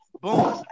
Boom